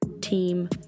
team